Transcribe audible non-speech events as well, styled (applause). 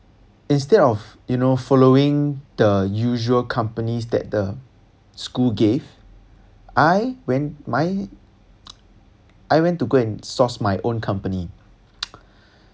instead of you know following the usual companies that the school gave I went my (noise) I went to go and source my own company